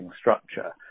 structure